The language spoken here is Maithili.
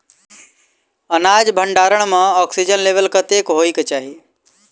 अनाज भण्डारण म ऑक्सीजन लेवल कतेक होइ कऽ चाहि?